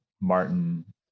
Martin